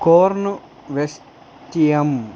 కోర్నువెస్టియం